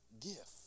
gift